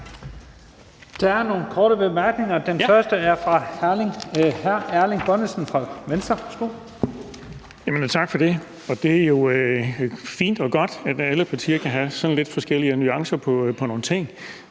Det er jo fint og godt, at alle partier kan have sådan lidt forskellige nuancer på nogle ting